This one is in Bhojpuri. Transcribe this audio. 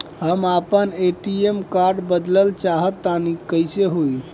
हम आपन ए.टी.एम कार्ड बदलल चाह तनि कइसे होई?